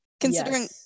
Considering